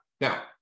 Now